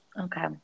Okay